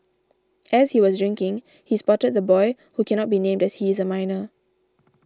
as he was drinking he spotted the boy who cannot be named that he is a minor